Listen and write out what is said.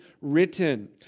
written